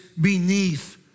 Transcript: beneath